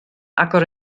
agor